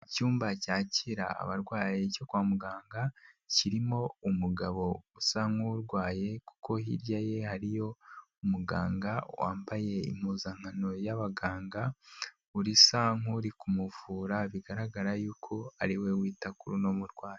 Icyumba cyakira abarwaye cyo kwa muganga, kirimo umugabo usa nk'urwaye kuko hirya ye hariyo umuganga wambaye impuzankano y'abaganga, usa nk'uri kumuvura bigaragara yuko ari we wita kuri uno murwayi.